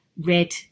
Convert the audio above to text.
red